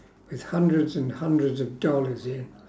with hundreds and hundreds of dollars in